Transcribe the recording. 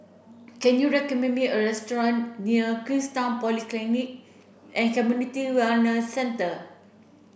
can you recommend me a restaurant near Queenstown Polyclinic and Community Wellness Centre